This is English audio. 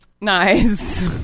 Nice